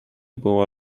było